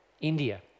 India